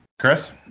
Chris